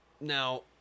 now